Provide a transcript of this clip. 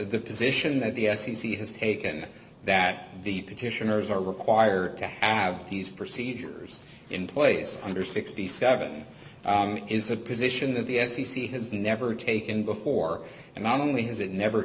the position that the f c c has taken that deep petitioners are required to have these procedures in place under sixty seven is a position that the f c c has never taken before and not only has it never